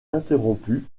interrompus